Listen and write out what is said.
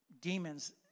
demons